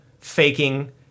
faking